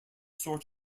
sort